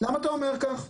למה אתה אומר כך?